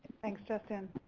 thanks justin.